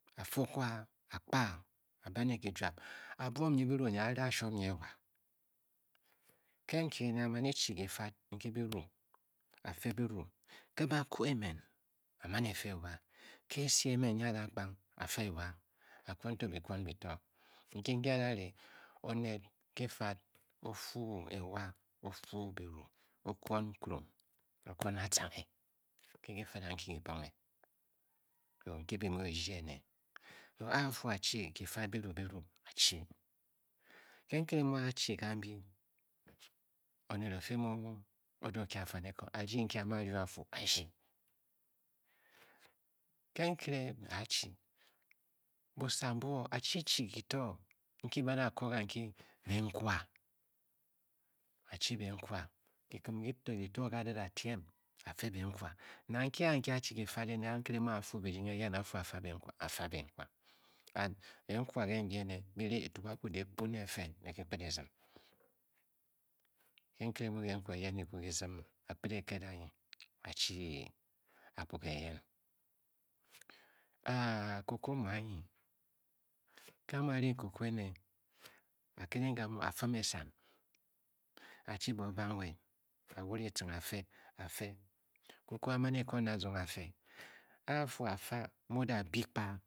A fe okwa a kpaa a be ne kijwab abujom nyi byiru mji a-re ashuom nyi ewa nke nke ene a man e-chi kifad nki byiru a fe byiru ke ba koo emen a man e fe ewa ke esi ene nyi a a da kpang a fa ewa, a kwon to bikwon bito kinki a da ri oned kifad, o fuu ewa, o fuu byi ru, o kwon nkurung o-kwon atcanghe ke kifad anki kibonghe nku bi mu rdyi one a a fu a-chi kifad byiru a chi ke nkere mu a-chi kambe oned o-fii mu o da o kye afanikong a rdyi nki a-mu a rong a-fu a-rdyi ke nkere a a chi busia mbu o, a chi kito nki ba da koo kanki benkwa, a chi benkwa, kikim kuked kito nke a da da tiem a fe benkwa nang ki anyi nki a chi kifad ene ke nkere mu a a fuu birdying eyen, a fu a fa benkwa a fa benkwa and kenkwa nke ndi ene di rii etukakwu dehkpu ne efe ne bi kped e-zim ke nkere mu kekwa eyen kikwa ki zim a kped ganyi a chi akpuga eyen, a a koko mu anyi, ke a mu a ring koko ene a kedang gamu a-fim esang a chi bo o bam nwed a wure etcing a-fe a-fe koko koko a man e-koon azong a fe a a fu a fa mu o da byi kpa